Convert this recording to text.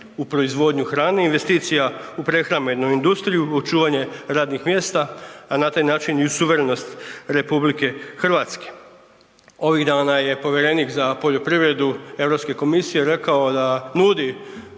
u proizvodnju hrane, investicija u prehrambenu industriju, u čuvanje radnih mjesta a na taj način i suverenost RH. Ovih dana je povjerenik za poljoprivredu Europske komisije rekao da nudi